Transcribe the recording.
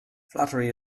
flattery